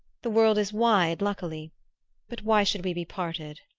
the world is wide, luckily but why should we be parted?